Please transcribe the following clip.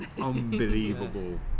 unbelievable